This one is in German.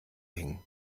hängen